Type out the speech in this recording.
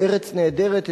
ב"ארץ נהדרת",